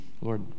Lord